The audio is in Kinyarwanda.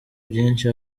byinshi